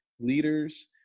leaders